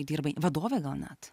dirbai vadove gal net